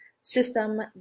system